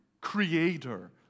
creator